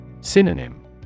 Synonym